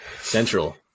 central